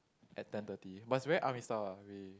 at ten thirty but it's very army style lah really